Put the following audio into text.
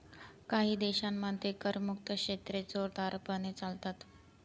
काही देशांमध्ये करमुक्त क्षेत्रे जोरदारपणे चालतात